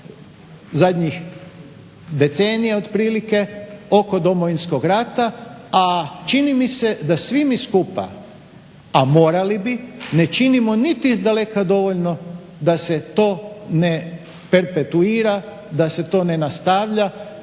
zadnjih decenija otprilike oko Domovinskog rata, a čini mi se da svi mi skupa a morali bi ne činimo niti izdaleka dovoljno da se to ne perpetuira da se to ne nastavlja,